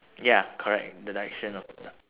ya correct the direction of the duck